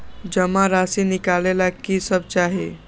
जमा राशि नकालेला कि सब चाहि?